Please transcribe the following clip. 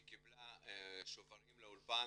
היא קיבלה שוברים לאולפן,